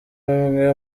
bimwe